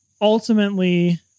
ultimately